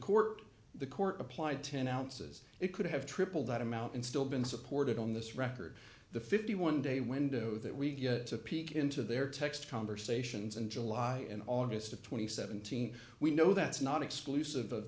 court the court applied ten ounces it could have tripled that amount and still been supported on this record the fifty one day window that we get a peek into their text conversations in july and august of two thousand and seventeen we know that's not exclusive of